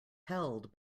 held